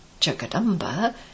Jagadamba